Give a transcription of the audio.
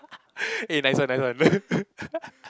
eh nice one nice one